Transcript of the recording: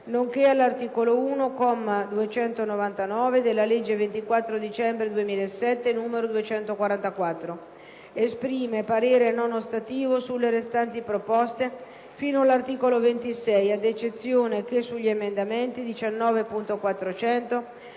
nonché all'articolo 1, comma 299, della legge 24 dicembre 2007, n. 244. Esprime parere non ostativo sulle restanti proposte fino all'articolo 26, ad eccezione che sugli emendamenti 19.400,